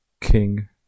king